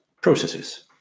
processes